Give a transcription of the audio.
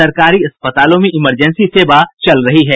सरकारी अस्पतालों में इमरजेंसी सेवा चल रही है